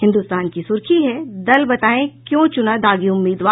हिन्दुस्तान की सुर्खी है दल बतायें क्यों चुना दागी उम्मीदवार